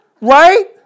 Right